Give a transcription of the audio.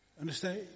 Understand